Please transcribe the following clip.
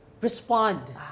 respond